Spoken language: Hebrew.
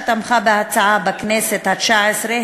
שתמכה בהצעה בכנסת התשע-עשרה,